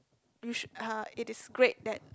you should uh it is great that